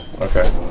Okay